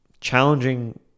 challenging